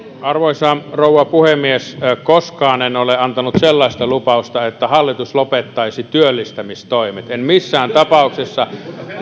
arvoisa rouva puhemies koskaan en ole antanut sellaista lupausta että hallitus lopettaisi työllistämistoimet en missään tapauksessa